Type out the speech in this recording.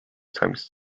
times